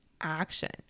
action